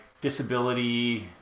disability